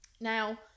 now